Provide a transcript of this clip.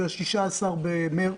שזה ה-16 במרץ.